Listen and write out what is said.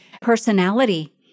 personality